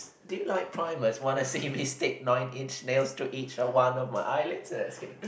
do you like primates wanna see me stick nine inch nails to each of one my eye lids and I skip it